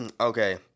Okay